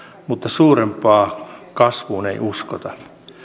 mutta suurempaan kasvuun ei uskota